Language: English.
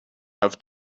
have